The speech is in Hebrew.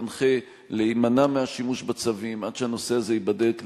שתנחה להימנע מהשימוש בצווים עד שהנושא הזה ייבדק לעומק,